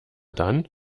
dann